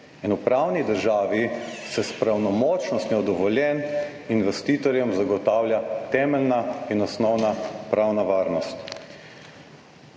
in v pravni državi se s pravnomočnostjo dovoljenj investitorjem zagotavlja temeljna in osnovna pravna varnost